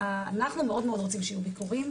אנחנו מאוד מאוד רוצים שיהיו ביקורים,